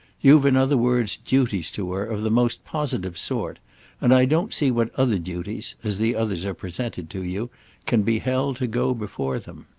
you've in other words duties to her, of the most positive sort and i don't see what other duties as the others are presented to you can be held to go before them.